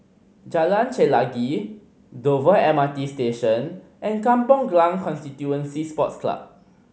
Jalan Chelagi Dover M R T Station and Kampong Glam Constituency Sports Club